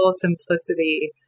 simplicity